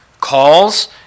calls